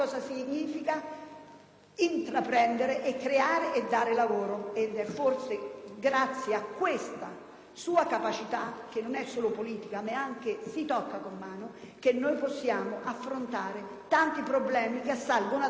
significa intraprendere, creare e dare lavoro: è forse grazie a questa sua capacità, che non è solo politica ma si tocca con mano, che possiamo affrontare i tanti problemi che assalgono adesso il Paese.